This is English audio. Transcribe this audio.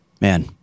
man